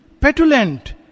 petulant